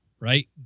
right